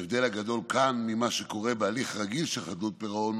ההבדל הגדול כאן ממה שקורה בהליך רגיל של חדלות פירעון